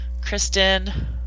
Kristen